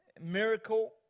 miracle